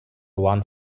one